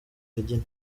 kageni